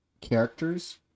characters